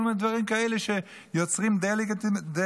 כל מיני דברים כאלה שיוצרים דה-לגיטימציה.